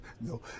No